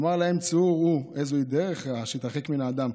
אמר להם צאו וראו איזוהי דרך רעה שיתרחק ממנה האדם.